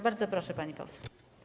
Bardzo proszę, pani poseł.